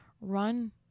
Run